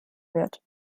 wird